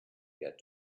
get